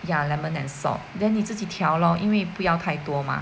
ya lemon and salt then 你自己调 lor 因为不要太多嘛